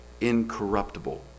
incorruptible